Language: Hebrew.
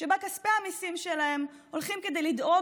שבה כספי המיסים שלהם הולכים כדי לדאוג